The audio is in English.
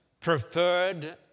preferred